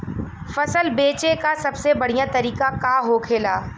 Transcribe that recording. फसल बेचे का सबसे बढ़ियां तरीका का होखेला?